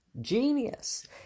Genius